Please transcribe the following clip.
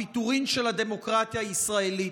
הפיטורים של הדמוקרטיה הישראלית.